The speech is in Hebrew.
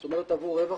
זאת אומרת עבור רווח,